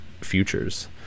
futures